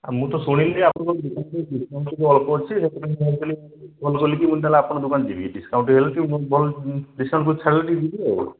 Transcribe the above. ଆଉ ମୁଁ ତ ଶୁଣିଲି ଆପଣ ଡିସକାଉଣ୍ଟ ଅଳ୍ପ ଅଛି କଲ୍ କଲି କି ଆପଣଙ୍କ ଦୋକାନ ଯିବି ଡିସକାଉଣ୍ଟ ଛାଡ଼ିବେ ଟିକେ ଯିବି ଆଉ